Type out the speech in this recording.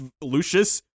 Lucius